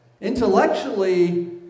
Intellectually